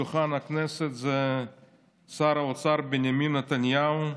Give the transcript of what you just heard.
מדוכן הכנסת, זה של שר האוצר בנימין נתניהו,